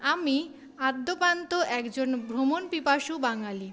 আমি আদ্যোপান্ত একজন ভ্রমণ পিপাসু বাঙালি